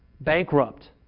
bankrupt